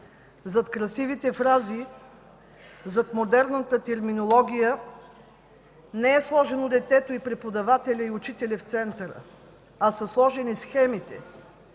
Зад красивите фрази, зад модерната терминология не е сложено детето, преподавателят и учителят в центъра, а са сложени схемите: